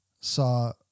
saw